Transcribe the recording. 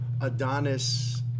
Adonis